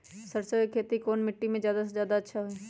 सरसो के खेती कौन मिट्टी मे अच्छा मे जादा अच्छा होइ?